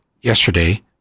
yesterday